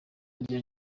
rya